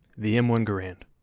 the m one garand.